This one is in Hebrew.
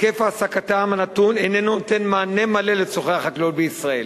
היקף העסקתם הנתון איננו נותן מענה מלא לצורכי החקלאות בישראל.